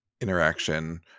interaction